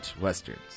Westerns